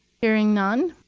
hearing none,